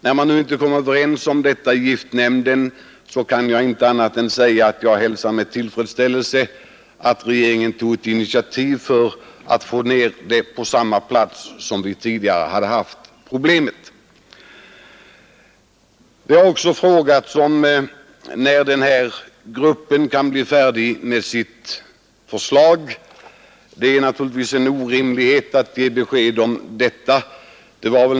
När man inte kom överens om detta i giftnämnden, kan jag inte säga annat än att jag hälsar med tillfredsställelse att regeringen tog ett initiativ för att vi skulle komma tillbaka till samma ordning som tidigare. Det har också frågats när denna grupp kan bli färdig med sitt förslag. Det är naturligtvis inte möjligt att ge det beskedet nu.